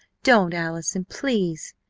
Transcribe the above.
don't allison please!